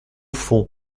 fond